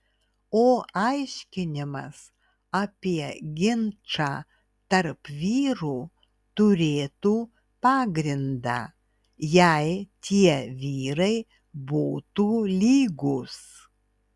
o aiškinimas apie ginčą tarp vyrų turėtų pagrindą jei tie vyrai būtų lygūs